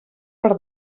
per